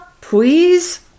please